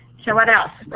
so, what else?